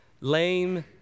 lame